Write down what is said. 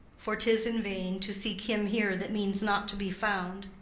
for tis in vain to seek him here that means not to be found.